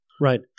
right